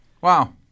Wow